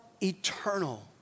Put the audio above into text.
eternal